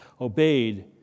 obeyed